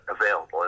available